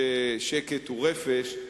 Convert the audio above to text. ששקט הוא רפש,